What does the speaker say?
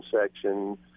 Section